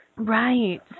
Right